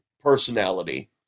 personality